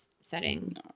setting